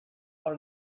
are